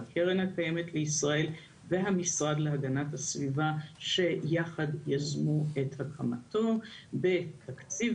הקרן הקיימת לישראל והמשרד להגנת הסביבה שיחד יזמו את הקמתו בתקציב